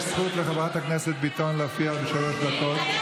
יש זכות לחבר הכנסת ביטון להופיע בשלוש דקות.